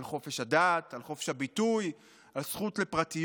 על חופש הדת, על חופש הביטוי, על הזכות לפרטיות,